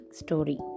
story